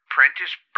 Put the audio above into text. Prentice